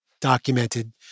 documented